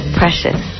precious